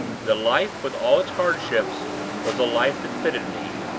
the life with all its hardships was a life that fitted me,